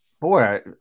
Boy